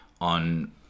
on